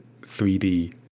3D